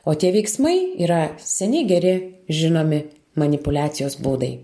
o tie veiksmai yra seni geri žinomi manipuliacijos būdai